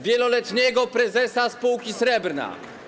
Wieloletniego prezesa spółki Srebrna.